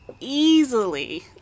easily